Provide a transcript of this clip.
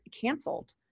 canceled